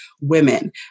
women